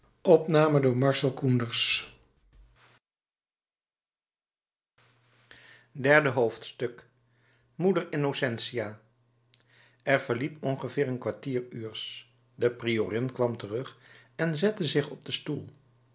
derde hoofdstuk moeder innocentia er verliep ongeveer een kwartieruurs de priorin kwam terug en zette zich op den stoel